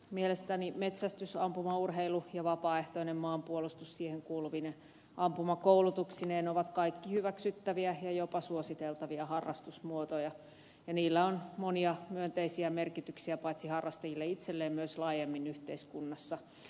mielestäni metsästys ampumaurheilu ja vapaaehtoinen maanpuolustus siihen kuuluvine ampumakoulutuksineen ovat kaikki hyväksyttäviä ja jopa suositeltavia harrastusmuotoja ja niillä on monia myönteisiä merkityksiä paitsi harrastajille itselleen myös laajemmin yhteiskunnassa